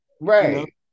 right